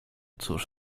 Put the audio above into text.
cóż